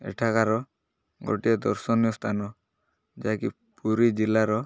ଏଠାକାର ଗୋଟିଏ ଦର୍ଶନୀୟ ସ୍ଥାନ ଯାହାକି ପୁରୀ ଜିଲ୍ଲାର